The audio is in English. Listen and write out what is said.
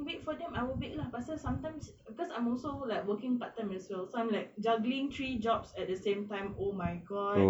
wait for them I will make lah pasal sometimes because I'm also like working part time as well like juggling three jobs at the same time oh my god